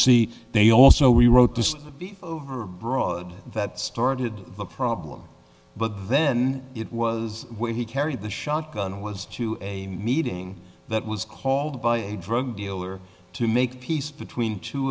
see they also we wrote this broad that started the problem but then it was he carried the shotgun was to a meeting that was called by a drug dealer to make peace between two